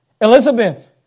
Elizabeth